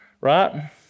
right